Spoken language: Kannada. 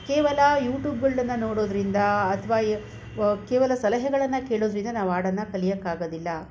ಕೇವಲ ಯೂಟ್ಯೂಬ್ಗಳನ್ನು ನೋಡೋದರಿಂದ ಅಥವಾ ಯ ಕೇವಲ ಸಲಹೆಗಳನ್ನು ಕೇಳೋದರಿಂದ ನಾವು ಹಾಡನ್ನು ಕಲಿಯೋಕ್ಕಾಗೋದಿಲ್ಲ